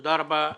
תודה רבה לכם.